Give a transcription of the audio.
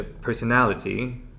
personality